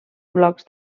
blocs